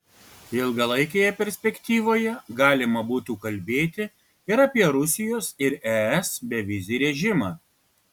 ilgalaikėje perspektyvoje galima būtų kalbėti ir apie rusijos ir es bevizį režimą